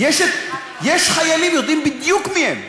יש חיילים, יודעים בדיוק מי הם.